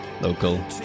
local